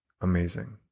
Amazing